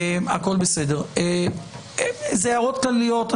אלו הערות כלליות.